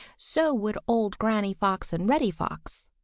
so would old granny fox and reddy fox.